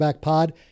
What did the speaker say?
Pod